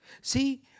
See